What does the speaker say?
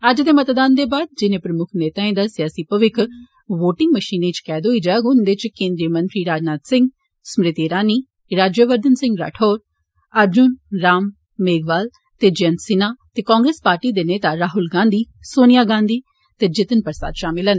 अज्जै दे मतदान दे बाद जिने प्रमुक्ख नेताएं दा सियासी भविक्ख वोटिंग मषीनें च बंद होई जाग उन्दे च केन्द्री मंत्री राजनाथ सिंह स्मृति इरानी राज्यवर्धन सिंह राठोर अर्जुन राम मेघवाल ते जयंत सिन्हा ते कांग्रेस पार्टी दे नेता राहुल गांधी सोनिया गांधी ते जितिन प्रसाद षामल न